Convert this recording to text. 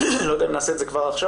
ואני לא יודע אם נעשה את זה כבר עכשיו,